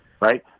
right